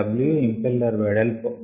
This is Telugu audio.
W ఇంపెల్లర్ వెడల్పు